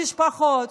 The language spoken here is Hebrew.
משפחות,